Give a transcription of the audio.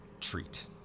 treat